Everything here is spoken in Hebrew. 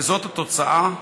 וזאת התוצאה?